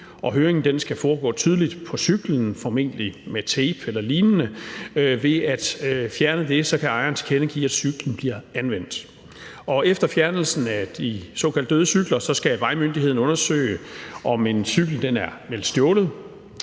Høringen skal foregå tydeligt på cyklen, formentlig med tape eller lignende. Ved at fjerne det kan ejeren tilkendegive, at cyklen bliver anvendt. Efter fjernelsen af de såkaldt døde cykler skal vejmyndigheden undersøge, om en cykel er meldt stjålet.